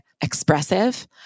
expressive